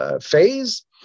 phase